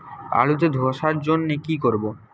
আলুতে ধসার জন্য কি করব?